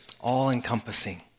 all-encompassing